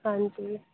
ਹਾਂਜੀ